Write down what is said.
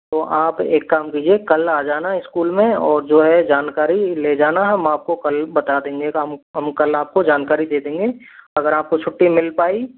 तो आप एक काम कीजिए कल आ जाना स्कूल में और जो है जानकारी ले जाना हम आपको कल बता देंगे हम कल आपको जानकारी दे देंगे अगर आपको छुट्टी मिल पाई